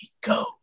go